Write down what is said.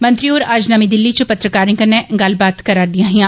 मंत्री होर अज्ज नमीं दिल्ली च पत्रकारें कन्नै गल्लबात करारदियां हियां